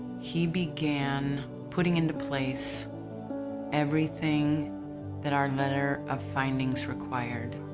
he began putting into place everything that our letter of findings required.